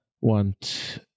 want